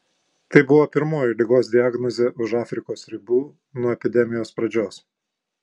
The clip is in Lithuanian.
tai buvo pirmoji ligos diagnozė už afrikos ribų nuo epidemijos pradžios